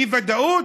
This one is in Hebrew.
אי-ודאות?